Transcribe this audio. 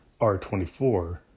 R24